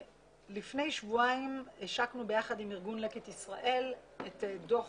לפני שבועיים השקנו ביחד עם ארגון לקט ישראל את דוח